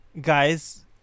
guys